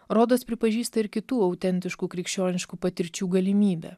rodos pripažįsta ir kitų autentiškų krikščioniškų patirčių galimybę